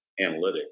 analytics